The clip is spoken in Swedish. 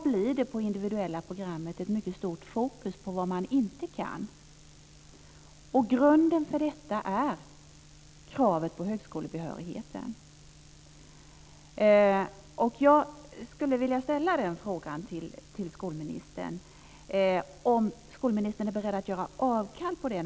På det individuella programmet i dag blir det ett mycket stort fokus på vad man inte kan. Grunden för detta är kravet på högskolebehörighet. Jag skulle vilja fråga skolministern om hon är beredd att göra avkall på detta.